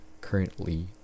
currently